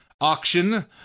auction